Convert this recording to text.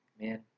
Man